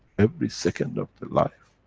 every second of the life.